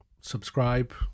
subscribe